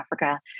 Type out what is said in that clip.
Africa